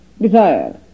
desire